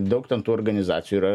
daug ten tų organizacijų yra